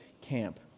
camp